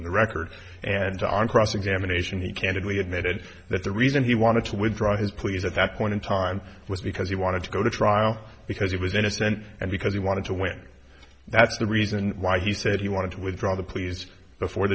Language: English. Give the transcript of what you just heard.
with the record and on cross examination he candidly admitted that the reason he wanted to withdraw his pleas at that point in time was because he wanted to go to trial because he was innocent and because he wanted to win that's the reason why he said he wanted to withdraw the pleas before